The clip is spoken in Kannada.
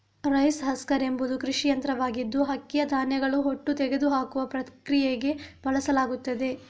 ರೈಸ್ ಹಸ್ಕರ್ ಎಂಬುದು ಕೃಷಿ ಯಂತ್ರವಾಗಿದ್ದು ಅಕ್ಕಿಯ ಧಾನ್ಯಗಳ ಹೊಟ್ಟು ತೆಗೆದುಹಾಕುವ ಪ್ರಕ್ರಿಯೆಗೆ ಬಳಸಲಾಗುತ್ತದೆ